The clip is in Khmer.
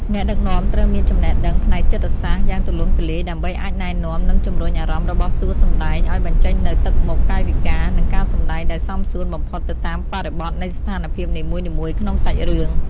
អ្នកដឹកនាំត្រូវមានចំណេះដឹងផ្នែកចិត្តសាស្ត្រយ៉ាងទូលំទូលាយដើម្បីអាចណែនាំ និងជម្រុញអារម្មណ៍របស់តួសម្ដែងឱ្យបញ្ចេញនូវទឹកមុខ កាយវិការ និងការសម្ដែងដែលសមសួនបំផុតទៅតាមបរិបទនៃស្ថានភាពនីមួយៗក្នុងសាច់រឿង។